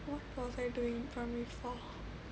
what was I doing in primary four